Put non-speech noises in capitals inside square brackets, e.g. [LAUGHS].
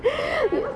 [LAUGHS]